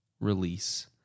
release